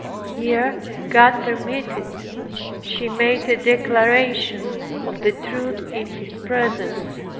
here god permitted she made a declaration of the truth in his presence.